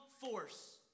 force